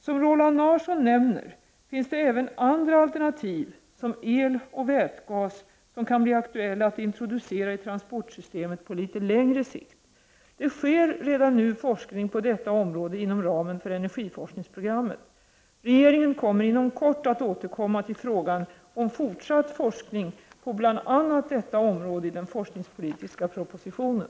Som Roland Larsson nämner finns det även andra alternativ, som el och vätgas, som kan bli aktuella att introducera i transportsystemet på litet längre sikt. Det sker redan nu forskning på detta område inom ramen för energiforskningsprogrammet. Regeringen kommer inom kort att återkomma till frågan om fortsatt forskning på bl.a. detta område i den forskningspolitiska propositionen.